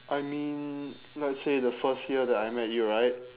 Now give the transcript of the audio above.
I mean let's say the first year that I met you right